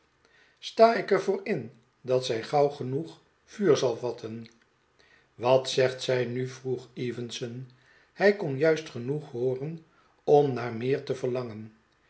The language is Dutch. sta ik er voor in dat zij gauw genoeg vuur zal vatten wat zegt zij nu vroeg evenson hij kon juist genoeg hooren om naar meer te verlangen